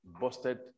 busted